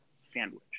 sandwich